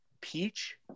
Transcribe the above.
peach